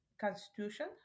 constitution